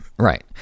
Right